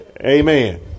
Amen